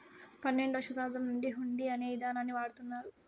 పన్నెండవ శతాబ్దం నుండి హుండీ అనే ఇదానాన్ని వాడుతున్నారు